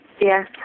Yes